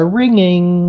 ringing